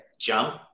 jump